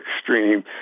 extreme